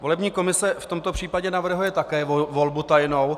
Volební komise v tomto případě navrhuje také volbu tajnou.